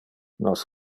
nos